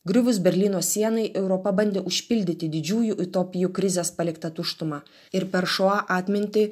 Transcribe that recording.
griuvus berlyno sienai europa bandė užpildyti didžiųjų utopijų krizės paliktą tuštumą ir per šoa atmintį